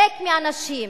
ריק מאנשים,